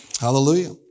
Hallelujah